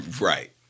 Right